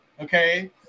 Okay